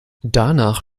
danach